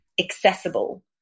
accessible